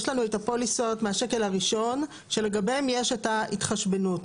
יש לנו את הפוליסות מהשקל הראשון שלגביהן יש את ההתחשבנות.